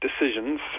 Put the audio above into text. decisions